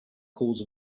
cause